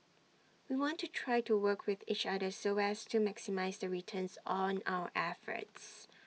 we want to try to work with each other so as to maximise the returns on our efforts